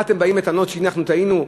מה אתם באים בטענות שהנה אנחנו טעינו,